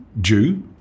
Jew